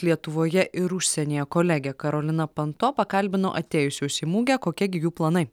lietuvoje ir užsienyje kolegė karolina panto pakalbino atėjusios į mugę kokie gi jų planai